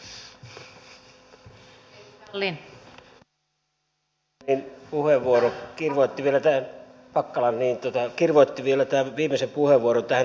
edustaja pakkasen puheenvuoro kirvoitti vielä tämän viimeisen puheenvuoron tähän asiaan